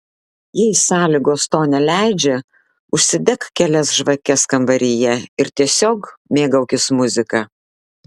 jei sąlygos to neleidžia užsidek kelias žvakes kambaryje ir tiesiog mėgaukis muzika